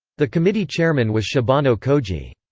the committee chairman was shibano koji.